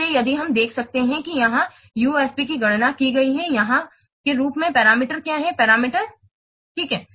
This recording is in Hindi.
इसलिए यदि हम देख सकते हैं कि यहां UFP की गणना की गई है यहाँ के रूप में पैरामीटर क्या हैं पैरामीटर ठीक हैं